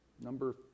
Number